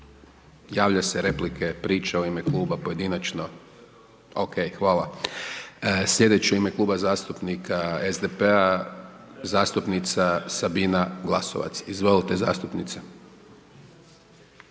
javlja se replike, priča u ime kluba, pojedinačno. …/Upadica se ne čuje./… OK, hvala. Sljedeći u ime Kluba zastupnika SDP-a zastupnica Sabina Glasovac. Izvolite zastupnice.